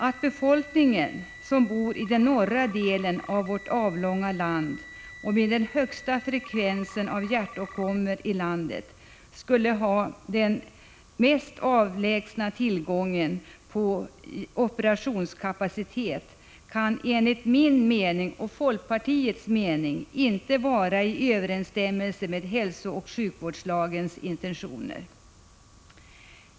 Att befolkningen i den norra delen av vårt avlånga land och med den högsta frekvensen av hjärtåkommor i landet skulle ha det längsta avståndet till operationskapacitet kan enligt min mening och folkpartiets mening inte vara i överensstämmelse med hälsooch sjukvårdslagens intentioner.